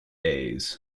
days